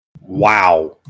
Wow